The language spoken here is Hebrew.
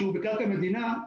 שהוא בקרקע מדינה,